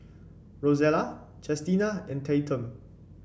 Rosella Chestina and Tatum